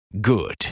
Good